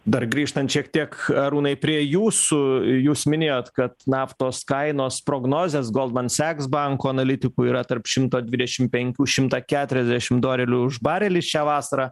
dar grįžtant šiek tiek arūnai prie jūsų jūs minėjot kad naftos kainos prognozės golbanseks banko analitikų yra tarp šimto dvidešim penkių šimtą keturiasdešim dolerių už barelį šią vasarą